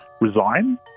resign